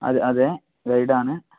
അതെ അതെ ഗൈഡാണ്